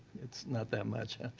it's not that much.